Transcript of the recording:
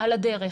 על הדרך.